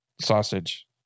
sausage